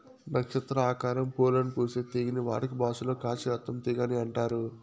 నక్షత్ర ఆకారం పూలను పూసే తీగని వాడుక భాషలో కాశీ రత్నం తీగ అని అంటారు